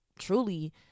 truly